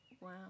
Wow